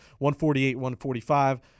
148-145